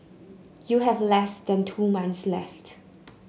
you have less than two months left